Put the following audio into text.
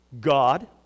God